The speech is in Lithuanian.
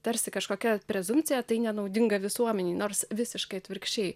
tarsi kažkokia prezumpcija tai nenaudinga visuomenei nors visiškai atvirkščiai